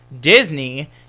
Disney